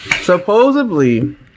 Supposedly